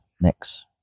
next